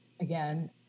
again